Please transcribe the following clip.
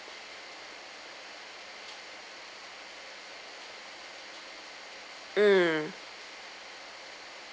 mm